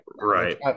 right